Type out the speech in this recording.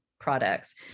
products